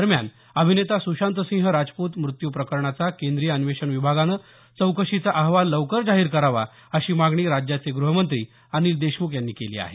दरम्यान अभिनेता सुशांतसिंह राजपूत मृत्यू प्रकरणाचा केंद्रीय अन्वेषण विभागानं चौकशीचा अहवाल लवकर जाहीर करावा अशी मागणी राज्याचे गृहमंत्री अनिल देशमुख यांनी केली आहे